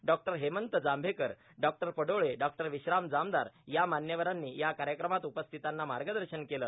डॉ Hemant Jambhekar Dr Padole Dr Vishram Jamdar या मान्यवरांनी या कायक्रमात उपस्थितांना मागदशन केलं